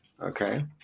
okay